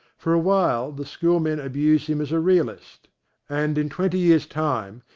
for awhile the schoolmen abuse him as a realist and in twenty years' time,